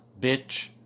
bitch